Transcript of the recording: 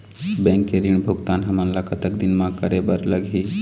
Bank के ऋण भुगतान हमन ला कतक दिन म करे बर लगही?